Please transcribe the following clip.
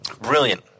brilliant